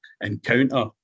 encounter